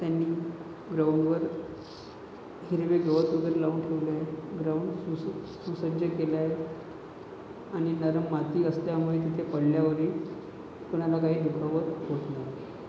त्यांनी ग्राउंडवर हिरवे गवत वगैरे लावून ठेवलेले ग्राउंड सु सुसज्ज केलंय आणि नरम माती असल्यामुळे तिथे पडल्यावरही कोणाला काही दुखापत होत नाही